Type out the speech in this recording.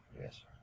Yes